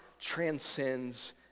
transcends